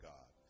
God